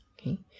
Okay